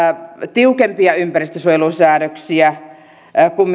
tiukempia ympäristönsuojelusäädöksiä kuin